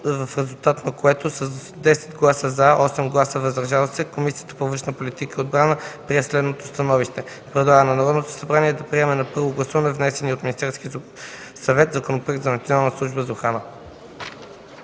в резултат на което с десет гласа „за” и осем гласа „въздържали се” Комисията по външна политика и отбрана прие следното становище: Предлага на Народното събрание да приеме на първо гласуване внесения от Министерския съвет Законопроект за Националната служба за охрана.”